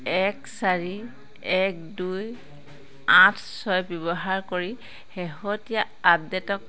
এক চাৰি এক দুই আঠ ছয় ব্যৱহাৰ কৰি শেহতীয়া আপডেটক